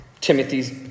Timothy's